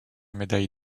médaille